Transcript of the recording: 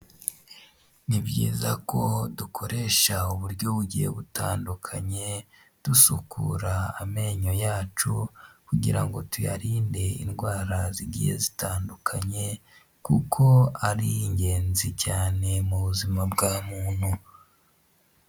Ni byiza ko dukoresha uburyo bugiye butandukanye dusukura amenyo yacu kugira ngo tuyarinde indwara zigiye zitandukanye kuko ari ingenzi cyane mu buzima bwa muntu.